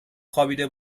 خوابیده